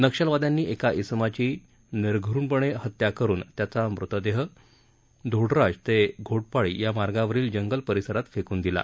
नक्षलवाद्यांनी एका इसमाची निर्धृणपणे हत्या करून त्याचा मृतदेह धोडराज ते घोटपाळी या मार्गावरील जंगल परिसरात फेकून दिला